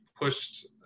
pushed